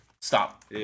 Stop